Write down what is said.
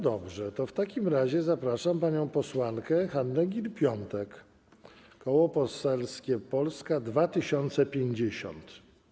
Dobrze, w takim razie zapraszam panią posłankę Hannę Gill-Piątek, Koło Poselskie Polska 2050.